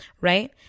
Right